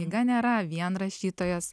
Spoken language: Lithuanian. knyga nėra vien rašytojas